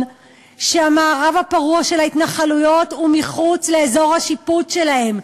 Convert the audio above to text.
שהמערב הפרוע של ההתנחלויות הוא מחוץ לאזור השיפוט שלהם.